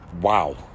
wow